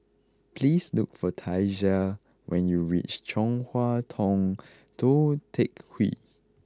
please look for Tasia when you reach Chong Hua Tong Tou Teck Hwee